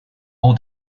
all